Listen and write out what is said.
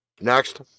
Next